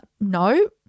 no